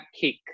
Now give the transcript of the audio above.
kick